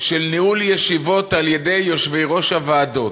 של ניהול ישיבות על-ידי יושבי-ראש הוועדות,